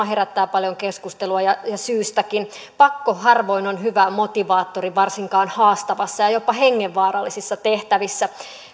herättää paljon keskustelua ja syystäkin pakko harvoin on hyvä motivaattori varsinkaan haastavissa ja ja jopa hengenvaarallisissa tehtävissä